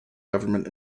government